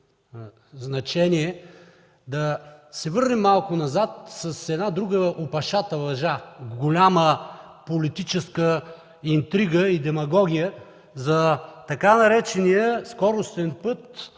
да се върнем малко назад с една друга опашата лъжа, голяма политическа интрига и демагогия за така наречения „скоростен път”,